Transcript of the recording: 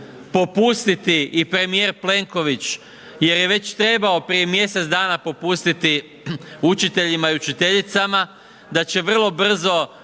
i premijer Plenković jer je već trebao prije mjesec dana popustiti učiteljima i učiteljicama da će vrlo brzo